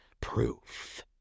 proof